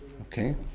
Okay